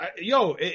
yo